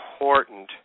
important